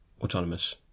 autonomous